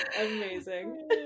amazing